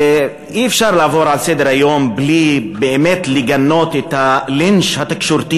אי-אפשר לעבור לסדר-היום בלי באמת לגנות את הלינץ' התקשורתי